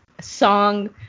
song